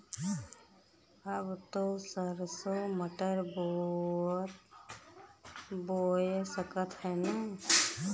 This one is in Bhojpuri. अब त सरसो मटर बोआय सकत ह न?